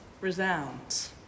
resounds